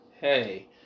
Hey